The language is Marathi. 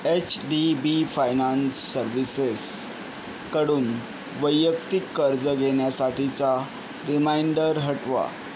एच डी बी फायनान्स सर्व्हिसेसकडून वैयक्तिक कर्ज घेण्यासाठीचा रिमाइंडर हटवा